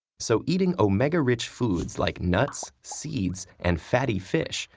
so eating omega-rich foods, like nuts, seeds, and fatty fish,